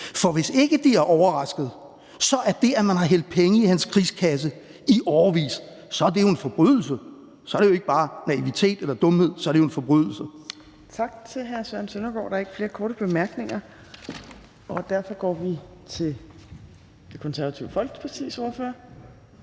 For hvis ikke man er overrasket, er det, at man har hældt penge i hans krigskasse i årevis jo en forbrydelse. Så er det jo ikke bare naivitet eller dumhed, så er det jo en forbrydelse. Kl. 19:36 Tredje næstformand (Trine Torp): Tak til hr. Søren Søndergaard. Der er ikke flere korte bemærkninger, og derfor går vi til Det Konservative Folkepartis ordfører.